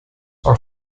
are